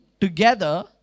together